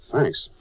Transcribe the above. Thanks